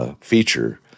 feature